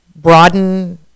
Broaden